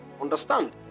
understand